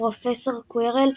הפרופסור קווירל,